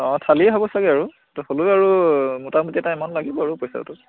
অঁ থালিয়ে হ'ব চাগে আৰু ত' হ'লেও আৰু মোটামুটি এটা এমাউণ্ট লাগিব আৰু পইচাটোত